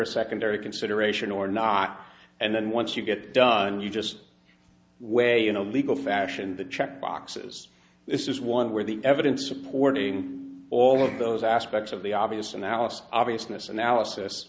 a secondary consideration or not and then once you get done you just weigh in a legal fashion the check boxes this is one where the evidence supporting all of those aspects of the obvious analysis obviousness analysis